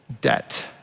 debt